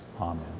Amen